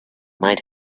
might